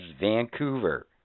Vancouver